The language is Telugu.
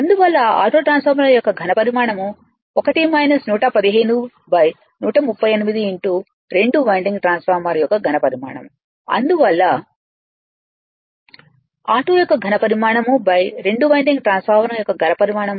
అందువల్ల ఆటో ట్రాన్స్ఫార్మర్ యొక్క ఘనపరిణామం 1 115 138 2 వైండింగ్ ట్రాన్స్ఫార్మర్ యొక్క ఘనపరిణామం అందువల్ల ఆటో యొక్క ఘనపరిణామం 2 వైండింగ్ ట్రాన్స్ఫార్మర్ యొక్క ఘనపరిణామం 0